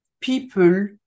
people